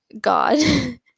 God